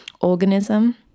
organism